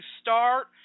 start